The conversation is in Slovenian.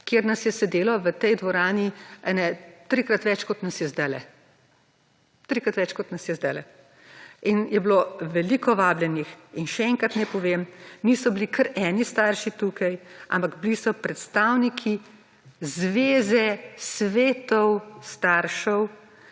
kjer nas je sedelo v tej dvorani ene trikrat več kot nas je zdajle, trikrat več kot nas je zdajle. In je bilo veliko vabljenih. In še enkrat naj povem, niso bili kar eni starši tukaj, ampak bili so predstavniki zveze **33. TRAK: